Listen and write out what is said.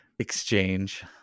exchange